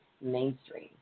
mainstream